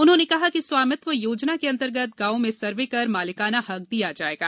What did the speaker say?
उन्होंने कहा कि स्वामित्व योजना के अंतर्गत गांवों में सर्वे कर मालिकाना हक दिया जाएगा